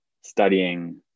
studying